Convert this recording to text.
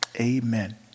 Amen